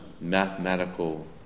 mathematical